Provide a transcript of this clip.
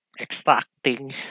Extracting